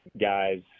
guys